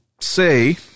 say